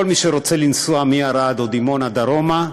כל מי שרוצה לנסוע מערד או מדימונה דרומה,